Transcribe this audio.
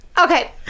Okay